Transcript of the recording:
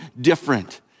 different